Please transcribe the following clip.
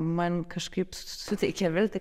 man kažkaip suteikė viltį